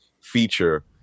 feature